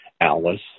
Alice